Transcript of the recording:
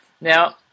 Now